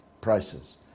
prices